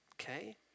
Okay